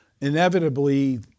inevitably